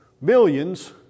millions